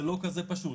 זה לא כזה פשוט,